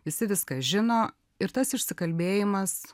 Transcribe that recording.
visi viską žino ir tas išsikalbėjimas